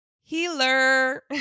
Healer